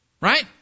right